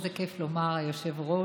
איזה כיף לומר היושב-ראש.